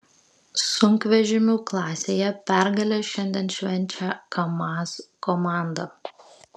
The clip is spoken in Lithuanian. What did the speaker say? sunkvežimių klasėje pergalę šiandien švenčia kamaz komanda